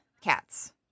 cats